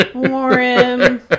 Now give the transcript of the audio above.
Warren